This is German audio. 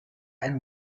ein